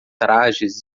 trajes